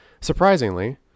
surprisingly